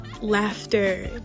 laughter